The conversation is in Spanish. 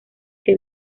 que